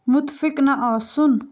مُتفِق نہٕ آسُن